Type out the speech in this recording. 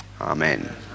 amen